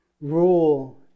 Rule